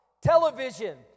television